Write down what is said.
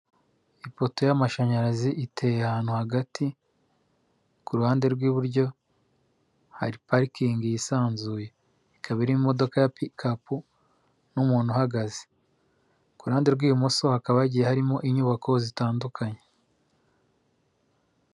Ipoto y'amashanyarazi iteye ahantu hagati ku ruhande rw'iburyo hari parikingi yisanzuye. Ikaba irimo imodoka ya pikapu n'umuntu uhagaze. Ku ruhande rw'ibumoso hakaba hagiye harimo inyubako zitandukanye.